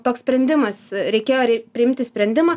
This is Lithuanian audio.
toks sprendimas reikėjo priimti sprendimą